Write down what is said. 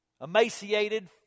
emaciated